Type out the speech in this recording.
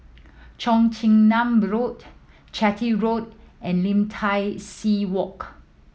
Cheong Chin Nam Road Chitty Road and Lim Tai See Walk